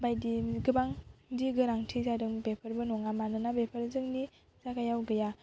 बायदि गोबांदि गोनांथि जादों बेफोरबो नङा मानोना बेफोर जोंनि जागायाव गैया